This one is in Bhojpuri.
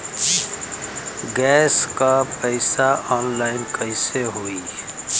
गैस क पैसा ऑनलाइन कइसे होई?